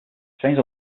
trains